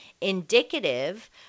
indicative